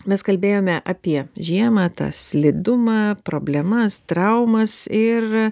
mes kalbėjome apie žiemą tą slidumą problemas traumas ir